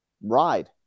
ride